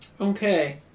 Okay